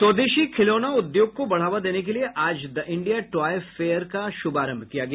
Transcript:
स्वदेशी खिलौना उद्योग को बढ़ावा देने के लिये आज द इंडिया ट्वॉय फेयर का शुभारंभ किया गया